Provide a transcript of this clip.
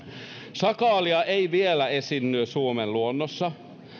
sakaalia ei vielä esiinny suomen luonnossa